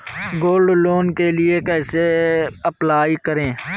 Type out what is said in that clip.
Gold loan के लिए कैसे अप्लाई करें?